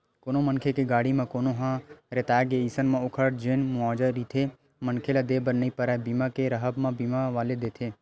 कोनो मनखे के गाड़ी म कोनो ह रेतागे अइसन म ओखर जेन मुवाजा रहिथे मनखे ल देय बर नइ परय बीमा के राहब म बीमा वाले देथे